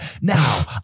Now